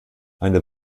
eine